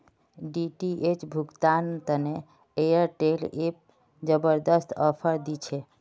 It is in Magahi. डी.टी.एच भुगतान तने एयरटेल एप जबरदस्त ऑफर दी छे